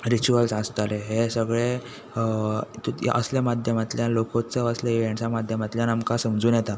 rituals आसताले हे सगळे असल्या माध्यमांतल्यान लोकोत्सव असल्या इव्हेंट्सांतल्यान आमकां समजून येता